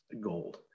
gold